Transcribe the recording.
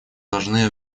должны